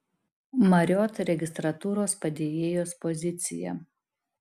marriott registratūros padėjėjos pozicija